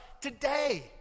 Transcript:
today